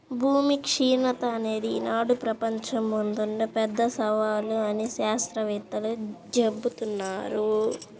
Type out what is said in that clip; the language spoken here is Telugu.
భూమి క్షీణత అనేది ఈనాడు ప్రపంచం ముందున్న పెద్ద సవాలు అని శాత్రవేత్తలు జెబుతున్నారు